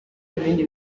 ibindi